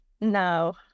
no